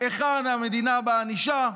היכן המדינה בענישה?